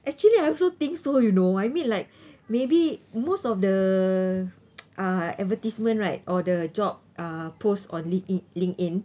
actually I also think so you know I mean like maybe most of the uh advertisement right or the job uh post on link in linkedin